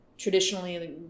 Traditionally